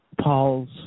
Paul's